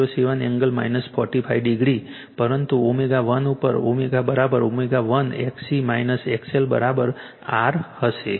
707 angle 45 degree પરંતુ ω1 ઉપર ω ω1 XC XL R હશે